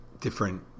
different